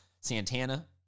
Santana